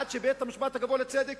עד שבית-המשפט הגבוה לצדק,